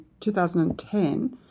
2010